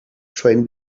train